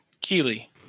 Keely